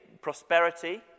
prosperity